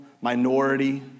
minority